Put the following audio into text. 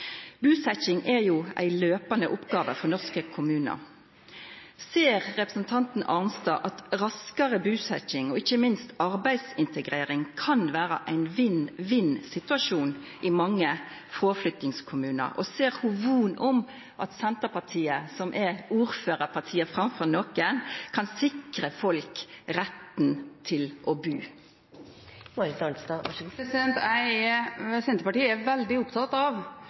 Busetjing er jo ei jamleg oppgåve for norske kommunar. Ser representanten Arnstad at raskare busetjing og ikkje minst arbeidsintegrering kan vera ein vinn-vinn-situasjon i mange fråflyttingskommunar? Og har ho von om at Senterpartiet, som er ordførarpartiet framfor nokon, kan sikra folk retten til å bu? Senterpartiet er veldig opptatt av